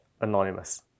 anonymous